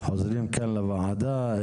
חוזרים כאן לוועדה.